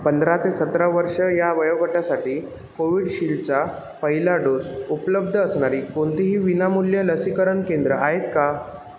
पंधरा ते सतरा वर्ष या वयोगटासाठी कोविडशिल्डचा पहिला डोस उपलब्ध असणारी कोणतीही विनामूल्य लसीकरण केंद्र आहेत का